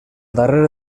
darrere